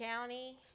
County